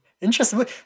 interesting